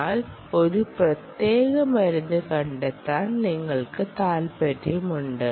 എന്നാൽ ഒരു പ്രത്യേക മരുന്ന് കണ്ടെത്താൻ നിങ്ങൾക്ക് താൽപ്പര്യമുണ്ട്